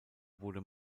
wurde